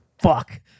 Fuck